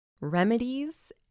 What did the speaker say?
remedies